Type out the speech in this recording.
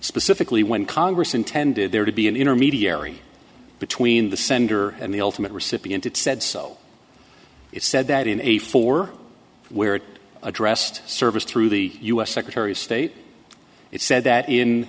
specifically when congress intended there to be an intermediary between the sender and the ultimate recipient it said so it said that in a four where it addressed service through the u s secretary of state it said that in